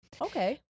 okay